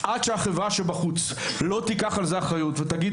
עד שהחברה בחוץ לא תיקח אחריות ותגיד,